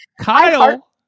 Kyle